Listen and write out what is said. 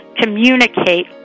communicate